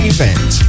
Event